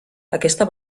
aquesta